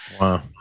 Wow